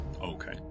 Okay